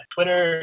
Twitter